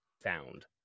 found